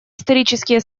исторические